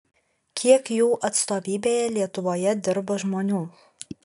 kiek jų atstovybėje lietuvoje dirba žmonių